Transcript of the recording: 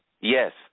Yes